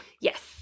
yes